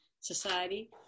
society